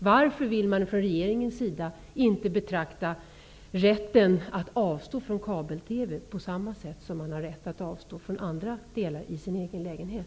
Varför vill regeringen inte betrakta rätten att avstå från kabel-TV på samma sätt som rätten att avstå från andra delar i sin lägenhet?